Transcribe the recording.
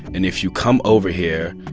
and if you come over here,